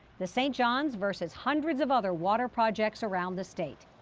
the st. johns versus hundreds of other water projects around the state.